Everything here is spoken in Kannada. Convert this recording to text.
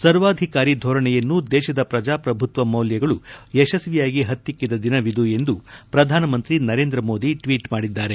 ಸರ್ವಾಧಿಕಾರಿ ಧೋರಣೆಯನ್ನು ದೇಶದ ಪ್ರಜಾಪ್ರಭುತ್ವ ಮೌಲ್ಯಗಳು ಯಶಸ್ವಿಯಾಗಿ ಹತ್ತಿಕ್ಕಿದ ದಿನವಿದು ಎಂದು ಪ್ರಧಾನ ಮಂತ್ರಿ ನರೇಂದ್ರ ಮೋದಿ ಟ್ಲೀಟ್ ಮಾಡಿದ್ದಾರೆ